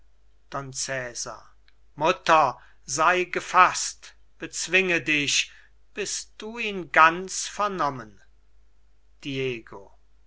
mutter sei gefaßt bezwinge dich bis du ihn ganz vernommen